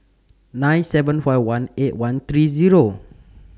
nine seven five one eight one three Zero